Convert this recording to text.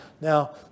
now